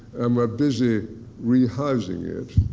um we're busy rehousing it,